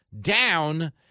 down